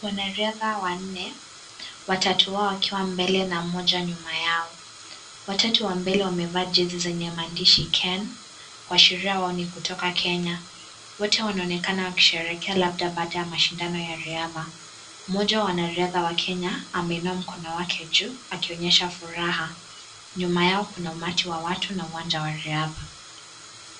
Wanariadha wanne, watatu wao wakiwa mbele na mmoja nyuma yao. Watatu wa mbele wamevaa jezi zenye KEN kuashiria kuwa wao ni kutuka Kenya. Wote wanonekana wakisherekea labda baada ya mashindano ya riadha. Mmoja wa wanariadha wakenya ameinua mkono wake juu akionyesha furaha . Nyuma yao kuna umati wa watu na uwanja wa riadha.